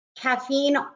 Caffeine